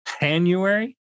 January